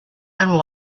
and